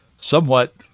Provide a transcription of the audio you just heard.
somewhat